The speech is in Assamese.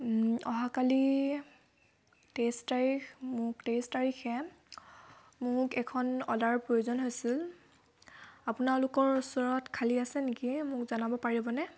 অহাকালি তেইছ তাৰিখ তেইছ তাৰিখে মোক এখন অ'লাৰ প্ৰয়োজন হৈছিল আপোনালোকৰ ওচৰত খালী আছে নেকি মোক জনাব পাৰিবনে